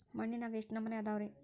ಮಣ್ಣಿನಾಗ ಎಷ್ಟು ನಮೂನೆ ಅದಾವ ರಿ?